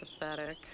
pathetic